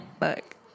look